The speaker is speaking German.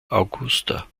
augusta